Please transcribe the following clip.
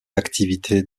activités